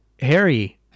Harry